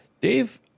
Dave